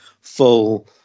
full